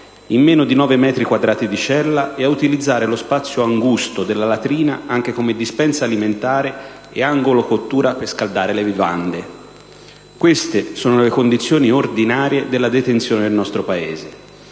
in meno di 9 metri quadrati di cella e ad utilizzare lo spazio angusto della latrina anche come dispensa alimentare e angolo cottura per scaldare le vivande: queste sono le condizioni ordinarie della detenzione nel nostro Paese!